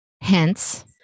Hence